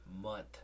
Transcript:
month